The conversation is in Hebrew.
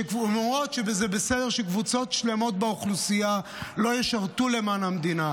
שאומרים שזה בסדר שקבוצות שלמות באוכלוסייה לא ישרתו למען המדינה,